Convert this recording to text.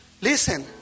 listen